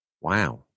Wow